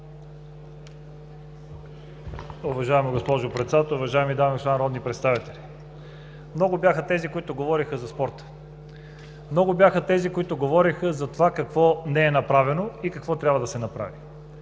Уважаема госпожо Председател, уважаеми дами и господа народни представители! Много бяха тези, които говориха за спорта. Много бяха тези, които говориха какво не е направено и какво трябва да се направи.